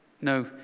No